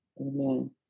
Amen